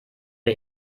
der